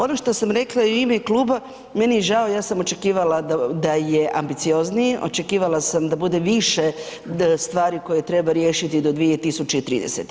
Ono što sam rekla i u ime kluba, meni je žao ja sam očekivala da je ambiciozniji, očekivala sam da bude više stvari koje treba riješiti do 2030.